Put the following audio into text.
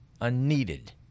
unneeded